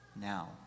Now